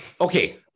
Okay